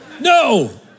No